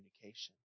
communication